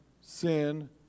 sin